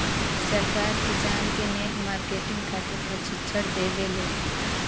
सरकार किसान के नेट मार्केटिंग खातिर प्रक्षिक्षण देबेले?